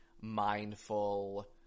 mindful